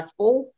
impactful